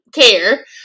care